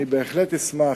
בהחלט אשמח,